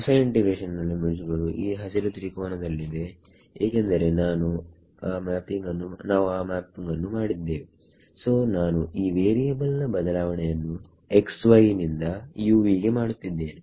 ಹೊಸ ಇಂಟಿಗ್ರೇಷನ್ ನ ಲಿಮಿಟ್ಸ್ ಗಳು ಈ ಹಸಿರು ತ್ರಿಕೋನದಲ್ಲಿದೆ ಏಕೆಂದರೆ ನಾವು ಆ ಮ್ಯಾಪಿಂಗ್ ಅನ್ನು ಮಾಡಿದ್ದೇವೆ ಸೋ ನಾನು ಈ ವೇರಿಯೇಬಲ್ ನ ಬದಲಾವಣೆ ಯನ್ನು x y ಯಿಂದ u v ಗೆ ಮಾಡುತ್ತಿದ್ದೇನೆ